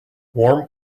warm